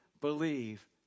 believe